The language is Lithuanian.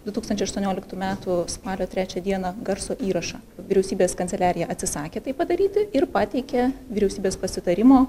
du tūkstančiai aštuonioliktų metų spalio trečią dieną garso įrašą vyriausybės kanceliarija atsisakė tai padaryti ir pateikė vyriausybės pasitarimo